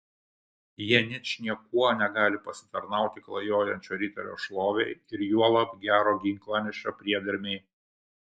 jie ničniekuo negali pasitarnauti klajojančio riterio šlovei ir juolab gero ginklanešio priedermei